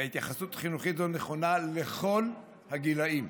והתייחסות חינוכית זאת נכונה לכל הגילאים.